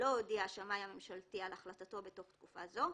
לא הודיע השמאי הממשלתי על החלטתו בתוך תקופה זו,